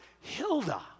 Hilda